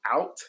out